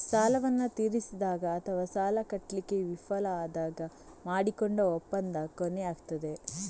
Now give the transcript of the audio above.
ಸಾಲವನ್ನ ತೀರಿಸಿದಾಗ ಅಥವಾ ಸಾಲ ಕಟ್ಲಿಕ್ಕೆ ವಿಫಲ ಆದಾಗ ಮಾಡಿಕೊಂಡ ಒಪ್ಪಂದ ಕೊನೆಯಾಗ್ತದೆ